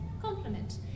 compliment